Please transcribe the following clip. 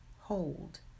Hold